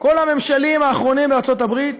כל הממשלים האחרונים בארצות הברית,